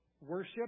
worship